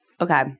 Okay